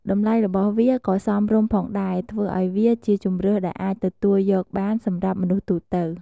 តម្លៃរបស់វាក៏សមរម្យផងដែរ ធ្វើឱ្យវាជាជម្រើសដែលអាចទទួលយកបានសម្រាប់មនុស្សទូទៅ។